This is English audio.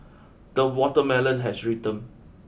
the watermelon has ripened